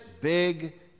big